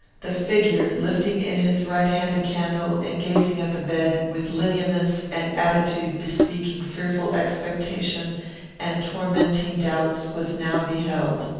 the figure, lifting in his right hand a candle, and gazing at the bed, with lineaments and attitude bespeaking fearful expectation and tormenting doubts, was now beheld.